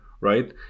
right